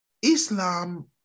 Islam